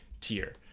tier